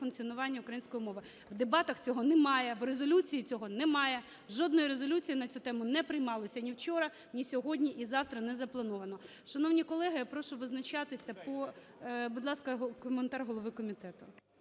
функціонування української мови. В дебатах цього немає, в резолюції цього немає, жодної резолюції на цю тему не приймалося ні вчора, ні сьогодні і завтра не заплановано. Шановні колеги, прошу визначатися по… Будь ласка, коментар голови комітету.